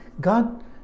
God